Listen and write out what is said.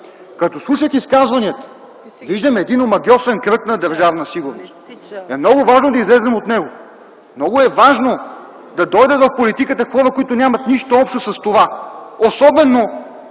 Като слушах изказванията виждам един омагьосан кръг на Държавна сигурност. Много е важно да излезем от него. Много е важно да дойдат в политиката хора, които нямат нищо общо с това, особено